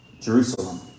Jerusalem